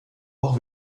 auch